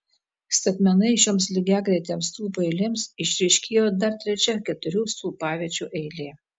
statmenai šioms lygiagretėms stulpų eilėms išryškėjo dar trečia keturių stulpaviečių eilė